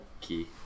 key